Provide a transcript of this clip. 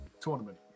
tournament